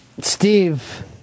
Steve